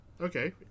Okay